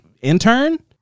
intern